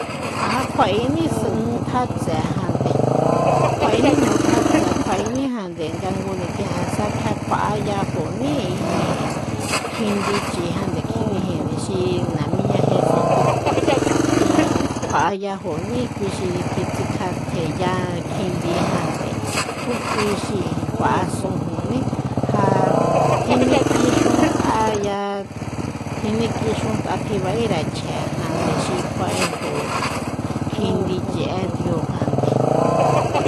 Ja já kjua'ení nu tjatse jande kjua'ení nu tjatse kjua'eni nga ngu nitjin'e sa kjia kjuayajoní ijin kjindichijande kjini xi namíña jesú ijin kjua'ayajoní kui xi kitsikjateya kjindi jande kú kui xi fa'asunjuní ja tjinikixunt'aya tjinikixunt'a tji ba'ére chje jande xi kju'ejo kjindichi'e diu jande